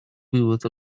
вывод